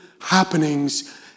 happenings